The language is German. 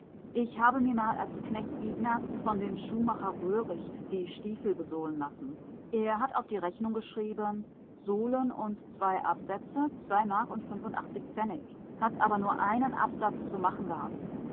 ich habe mir mal als knecht ignaz von dem schuhmacher röhricht die stiefel besohlen lassen er hat auf die rechnung geschrieben sohlen und zwei absätze zwei mark und fünfundachtzig pfennig hat aber nur einen absatz zu machen gehabt